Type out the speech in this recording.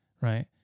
right